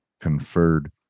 conferred